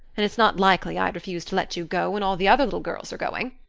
and it's not likely i'd refuse to let you go when all the other little girls are going.